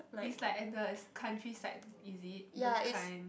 is like at the is countryside is it those kind